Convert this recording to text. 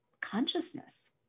consciousness